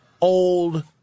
old